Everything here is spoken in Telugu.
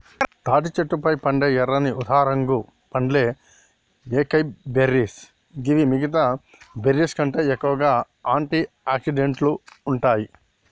తాటి చెట్లపై పండే ఎర్రని ఊదారంగు పండ్లే ఏకైబెర్రీస్ గివి మిగితా బెర్రీస్కంటే ఎక్కువగా ఆంటి ఆక్సిడెంట్లు ఉంటాయి